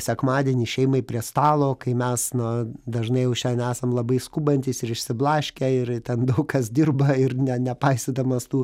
sekmadienį šeimai prie stalo kai mes na dažnai jau šian esam labai skubantys ir išsiblaškę ir ten daug kas dirba ir ne nepaisydamas tų